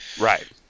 Right